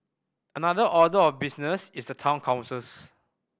another order of business is the town councils